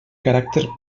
caràcter